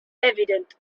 evident